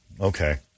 okay